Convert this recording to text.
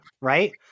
right